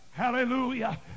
Hallelujah